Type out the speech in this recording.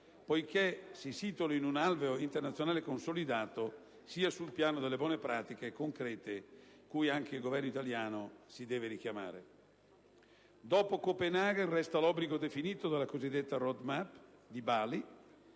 poiché si situano in un alveo internazionale consolidato, sia sul piano delle buone pratiche concrete cui anche il Governo italiano si deve richiamare. Dopo Copenaghen resta l'obiettivo definito nella cosiddetta *Road map* di Bali,